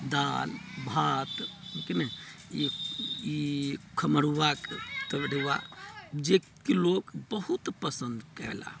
दालि भात हय कि नहि ई ई खमरुआके तरुआ जे कि लोक बहुत पसन्द कयला